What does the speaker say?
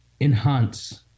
Enhance